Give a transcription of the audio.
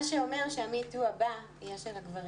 מה שזה אומר שה-me too הבאה תהיה של הגברים.